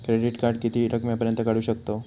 Credit card किती रकमेपर्यंत काढू शकतव?